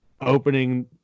opening